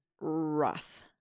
rough